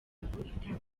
itandukanye